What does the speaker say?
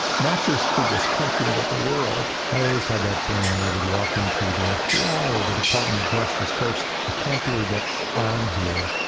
not just for this country but the world. i always had that feeling when i would walk into the fbi or the department of justice. first, i can't believe that i'm here,